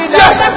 yes